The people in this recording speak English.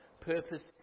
purpose